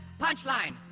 punchline